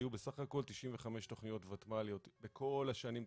היו בסך הכל 95 תכניות ותמ"ליות בכל השנים מ-92.